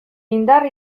indar